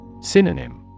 Synonym